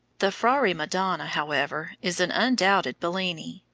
the frari madonna, however, is an undoubted bellini,